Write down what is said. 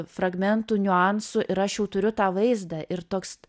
fragmentų niuansų ir aš jau turiu tą vaizdą ir toks